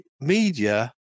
media